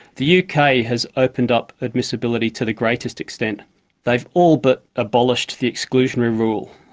the uk ah has opened up admissibility to the greatest extent they've all but abolished the exclusionary rule.